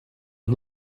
und